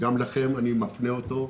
וגם אליכם אני מפנה אותו: